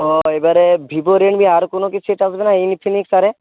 ও এবারে ভিভোর এমনি আর কোনো কিছু আসবে না